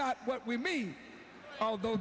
not what we mean although